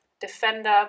defender